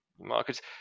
markets